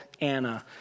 Anna